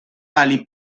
ali